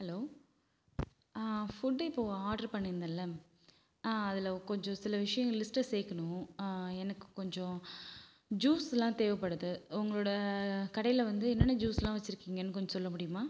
hello ஆ food இப்போது order பண்ணியிருந்தேன்ல ஆ அதில் கொஞ்சம் சில விஷயம் லிஸ்டில் சேர்க்கணும் எனக்கு கொஞ்சம் ஜூஸ்லாம் தேவைப்படுது உங்களோட கடையில் வந்து என்னென்ன ஜூஸ்லாம் வைச்சிருக்கீங்கனு கொஞ்சம் சொல்ல முடியுமா